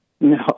No